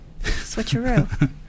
switcheroo